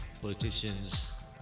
politicians